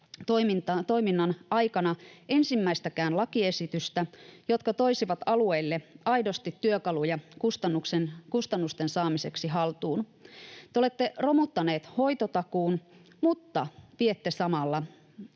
toiminnan aikana ensimmäistäkään lakiesitystä, jotka toisivat alueille aidosti työkaluja kustannusten saamiseksi haltuun. Te olette romuttaneet hoitotakuun, mutta viette samalla